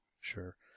sure